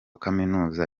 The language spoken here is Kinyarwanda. kaminuza